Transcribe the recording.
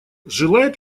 желает